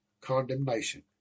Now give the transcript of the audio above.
condemnation